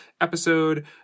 episode